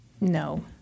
No